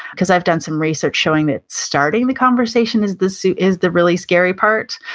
cause i've done some research showing that starting the conversation is the so is the really scary part.